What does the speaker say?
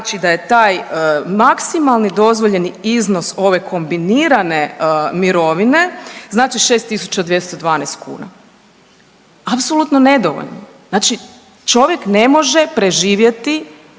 tome da je taj maksimalni dozvoljeni iznos ove kombinirane mirovine znači 6.212 kuna, apsolutno nedovoljno. Znači čovjek ne može preživjeti